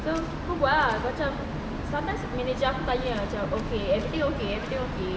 so macam sometime manager aku tanya macam okay everything okay everything okay